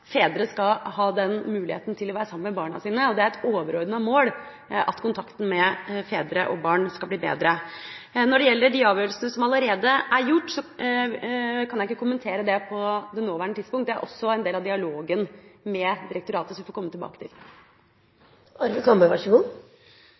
kontakten mellom fedre og barn skal bli bedre. Når det gjelder de avgjørelsene som allerede er tatt, kan jeg ikke kommentere det på det nåværende tidspunkt. Det er også en del av dialogen med direktoratet, som vi får komme tilbake til.